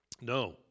No